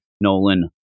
Nolan